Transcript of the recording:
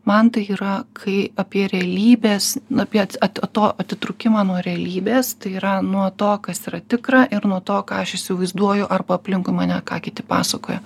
man tai yra kai apie realybės apie to atitrūkimą nuo realybės tai yra nuo to kas yra tikra ir nuo to ką aš įsivaizduoju arba aplinkui mane ką kiti pasakoja